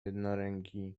jednoręki